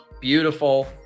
Beautiful